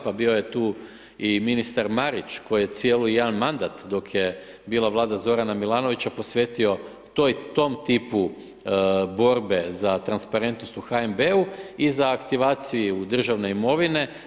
Pa bio je tu i ministar Marić koji je cijeli jedan mandat dok je bila Vlada Zorana Milanovića posvetio tom tipu borbe za transparentnost u HNB-u i za aktivaciju državne imovine.